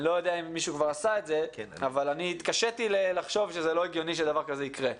אני לא יודע אם מישהו עשה את זה אבל הגיוני שדבר כזה יקרה.